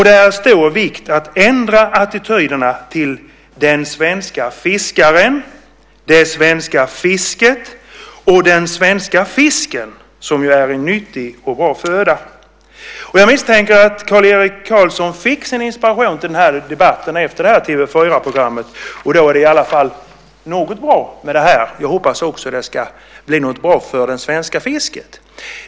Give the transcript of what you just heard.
Det är av stor vikt att ändra attityderna till den svenska fiskaren, det svenska fisket och den svenska fisken som ju är nyttig och bra föda. Jag misstänker att Kjell-Erik Karlsson fick inspiration till den här debatten efter TV 4-programmet. Då är det ändå något bra med detta och jag hoppas att det ska bli bra för det svenska fisket.